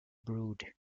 brood